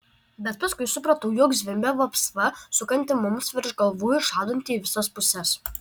bet paskui supratau jog zvimbia vapsva sukanti mums virš galvų ir šaudanti į visas puses